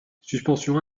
suspension